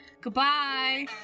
Goodbye